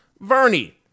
Vernie